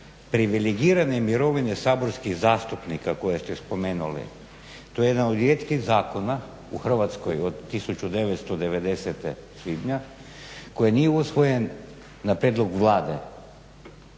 privilegirane mirovine saborskih zastupnika koje ste spomenuli, to je jedan od rijetkih zakona u Hrvatskoj od 1990., svibnja koji nije usvojen na prijedlog Vlade,